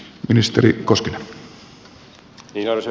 arvoisa herra puhemies